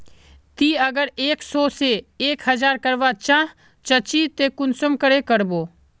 ती अगर एक सो से एक हजार करवा चाँ चची ते कुंसम करे करबो?